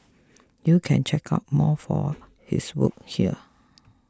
you can check out more for his work here